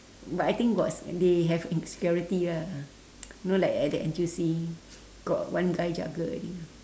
but I think got they have security ah you know like at the N_T_U_C got one guy jaga